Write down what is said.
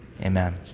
Amen